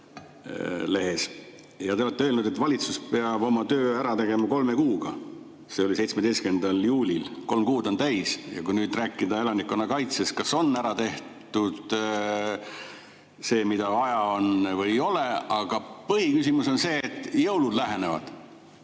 ja te olete öelnud, et valitsus peab oma töö ära tegema kolme kuuga. See oli 17. juulil. Kolm kuud on täis. Ja kui nüüd rääkida elanikkonnakaitsest, kas on ära tehtud see, mida vaja on, või ei ole? Aga põhiküsimus on see, et jõulud lähenevad.